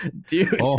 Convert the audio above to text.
dude